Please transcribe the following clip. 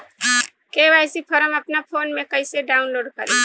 KYC form अपना phone मे कइसे डाऊनलोड करेम?